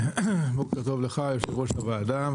בוקר טוב לך, יושב-ראש הוועדה.